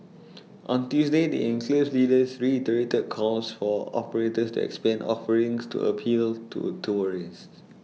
on Tuesday the enclave's leaders reiterated calls for operators to expand offerings to appeal to tourists